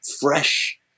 fresh